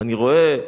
אני רואה,